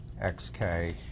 xk